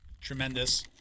tremendous